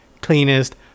cleanest